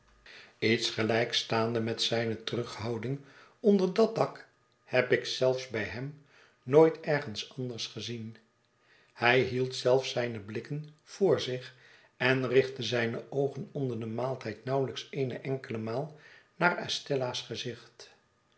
lets gelijkstaande met zijne terughouding onder dat dak heb ik zelfs by hem nooit ergens anders gezien hij hield zeifs zijne blikken voor zich en richtte zijne oogen onder den maaltijd nauwelijks eene enkele maal naar estella's gezicht